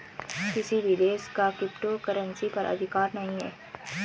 किसी भी देश का क्रिप्टो करेंसी पर अधिकार नहीं है